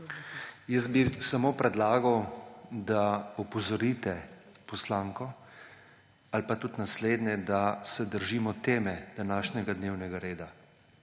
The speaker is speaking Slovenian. Jaz bi samo predlagal, da opozorite poslanko ali pa tudi naslednje, da se držimo teme današnjega dnevnega reda.